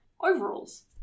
Overalls